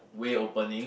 way opening